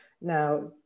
now